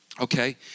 Okay